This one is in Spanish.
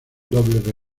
doble